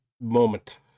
moment